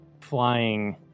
flying